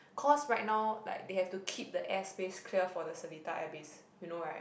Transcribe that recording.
cause right now like they have to keep the air space clear for the Seletar air base you know right